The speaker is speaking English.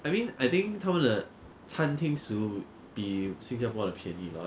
I mean I think 他们的餐厅食物比新加坡的便宜 lor it's just